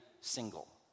single